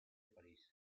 parís